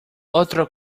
otro